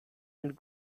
and